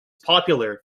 popular